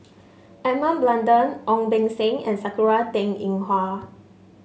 Edmund Blundell Ong Beng Seng and Sakura Teng Ying Hua